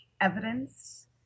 evidence